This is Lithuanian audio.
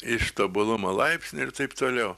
iš tobulumo laipsnio ir taip toliau